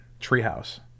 Treehouse